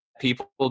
people